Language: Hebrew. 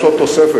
יש עוד תוספת,